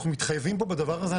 אנחנו מתחייבים פה בדבר הזה,